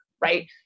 right